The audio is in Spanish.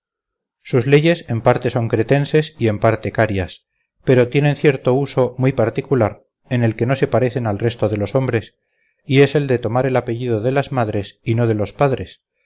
sus leyes en parte son cretenses y en parte carias pero tienen cierto uso muy particular en el que no se parecen al resto de los hombres y es el de tomar el apellido de las madres y no de los padres